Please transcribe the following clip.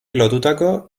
lotutako